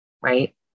right